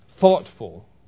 thoughtful